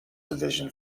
division